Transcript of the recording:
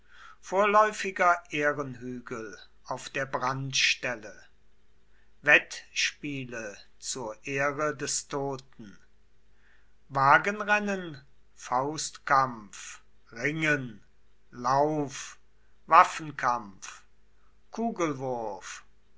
vorläufiger ehrenhügel auf der brandstelle wettspiele zur ehre des toten wagenrennen faustkampf ringen lauf waffenkampf